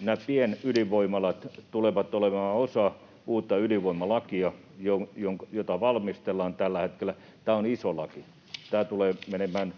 Nämä pienydinvoimalat tulevat olemaan osa uutta ydinvoimalakia, jota valmistellaan tällä hetkellä. Tämä on iso laki. Tämä tulee menemään,